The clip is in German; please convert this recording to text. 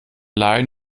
leihen